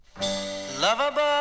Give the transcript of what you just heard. Lovable